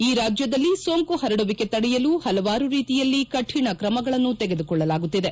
ಈ ರಾಜ್ಯದಲ್ಲಿ ಸೋಂಕು ಹರಡುವಿಕೆ ತಡೆಯಲು ಹಲವಾರು ರೀತಿಯಲ್ಲಿ ಕಠಿಣ ಕ್ರಮಗಳನ್ನು ತೆಗೆದುಕೊಳ್ಳಲಾಗುತ್ತಿದೆ